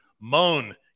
Moan